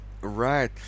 right